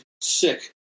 sick